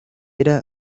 era